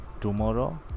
tomorrow